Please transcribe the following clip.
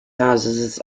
houses